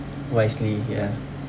wisely ya